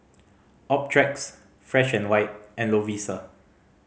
Optrex Fresh and White and Lovisa